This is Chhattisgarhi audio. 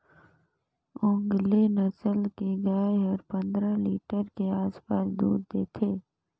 ओन्गेले नसल के गाय हर पंद्रह लीटर के आसपास दूद देथे